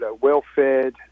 well-fed